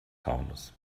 taunus